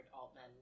Altman